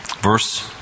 Verse